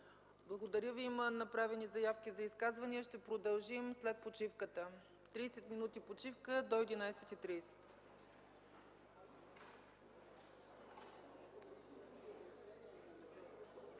Благодаря Ви. Има направени заявки за изказвания, ще продължим след почивката. Тридесет минути почивка до 11.30